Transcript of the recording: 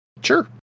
Sure